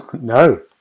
No